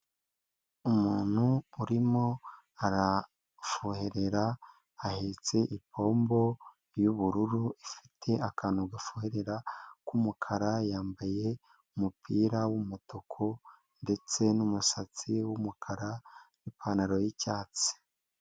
Umuntu urimo arafohera, ahetse ipombo y'ubururu, ifite akantu gafurera k'umukara, yambaye umupira w'umutuku ndetse n'umusatsi w'umukara n'ipantaro y'icyatsi.